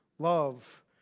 love